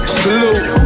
salute